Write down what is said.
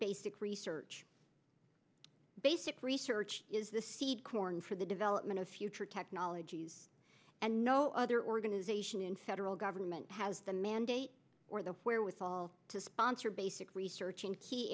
basic research basic research is the seed corn for the development of future technologies and no other organization in federal government has the mandate or the wherewithal to sponsor basic research in key